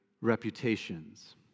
reputations